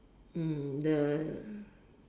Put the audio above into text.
mm the